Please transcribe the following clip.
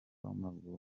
w’amaguru